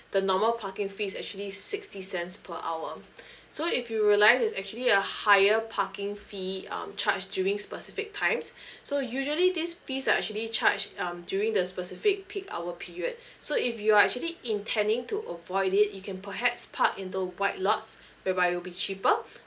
the normal parking fee is actually sixty cents per hour so if you realise it's actually a higher parking fee um charged during specific times so usually this fees are actually charged um during the specific peak hour period so if you are actually intending to avoid it you can perhaps park in the white lots whereby it'll be cheaper